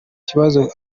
kibazo